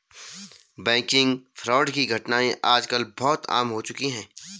banking fraud की घटनाएं आज कल बहुत आम हो चुकी है